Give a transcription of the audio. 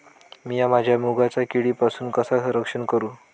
मीया माझ्या मुगाचा किडीपासून कसा रक्षण करू?